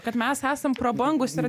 kad mes esame prabangūs ir